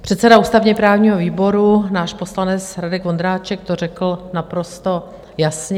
Předseda ústavněprávního výboru, náš poslanec Radek Vondráček, to řekl naprosto jasně.